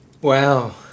Wow